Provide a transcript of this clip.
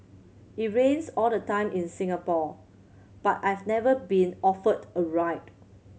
it rains all the time in Singapore but I've never been offered a ride